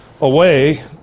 away